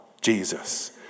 Jesus